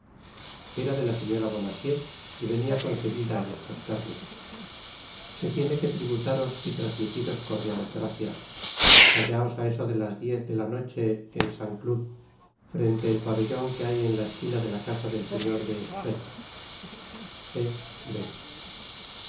era de la señora bonacieux y venia concebida en estos términos se tiene que tributaros y trasmitiros cordiales gracias hallaos á eso delas diez de la noche en saint cloud frente el pabellon que hay en la esquina de la casa del señor de estrée